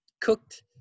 cooked